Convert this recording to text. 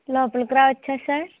లోపలికి రావచ్చా సార్